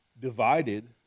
divided